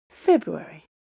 February